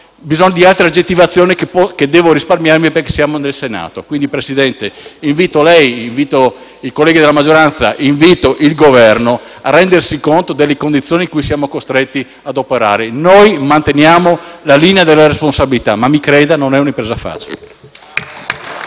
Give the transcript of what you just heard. bisogno di altra aggettivazione che devo risparmiarmi perché siamo nel Senato. Signor Presidente, invito quindi lei, i colleghi della maggioranza e il Governo a rendersi conto delle condizioni in cui siamo costretti ad operare. Noi manteniamo la linea della responsabilità, ma, mi creda, non è un'impresa facile.